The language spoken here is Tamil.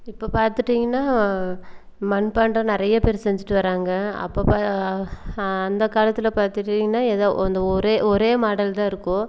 இப்போ பார்த்துட்டீங்கனா மண்பாண்டம் நிறைய பேர் செஞ்சுட்டு வராங்க அப்போ பா அந்த காலத்தில் பார்த்துட்டீங்கனா ஏதா அந்த ஒரே ஒரே மாடல் தான் இருக்கும்